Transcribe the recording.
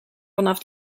vanaf